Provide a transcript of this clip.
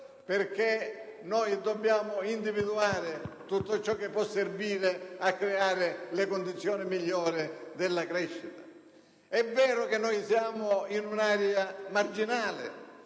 perché noi dobbiamo individuare tutto ciò che può servire a creare le condizioni migliori per la crescita. È vero che noi siamo in un'area marginale